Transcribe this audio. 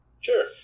Sure